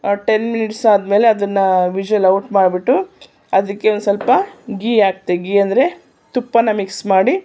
ten minutes ಆದ್ಮೇಲೆ ಅದನ್ನು whistle out ಮಾಡಿಬಿಟ್ಟು ಅದಕ್ಕೆ ಒಂದು ಸ್ವಲ್ಪ ಗೀ ಹಾಕಿದೆ ಗೀ ಅಂದರೆ ತುಪ್ಪನ ಮಿಕ್ಸ್ ಮಾಡಿ